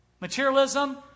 Materialism